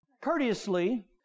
courteously